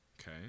Okay